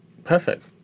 Perfect